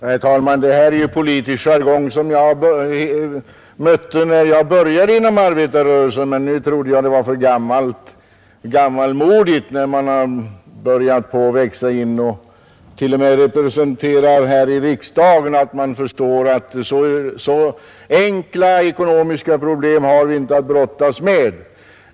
Herr talman! Det här är politisk jargong av det slag som jag mötte när jag började inom arbetarrörelsen, nu trodde jag att den var gammalmodig. När man har kommit så långt att man t.o.m. representerar här i riksdagen borde man förstå att så enkla ekonomiska problem har vi inte att brottas med.